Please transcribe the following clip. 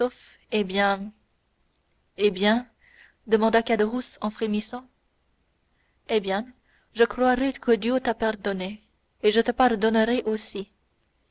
eh bien eh bien demanda caderousse en frémissant eh bien je croirai que dieu t'a pardonné et je te pardonnerai aussi